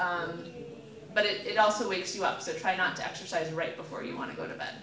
but it also wakes you up so try not to exercise right before you want to go to bed